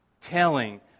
Telling